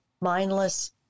mindless